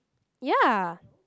ya